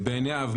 בעין יהב,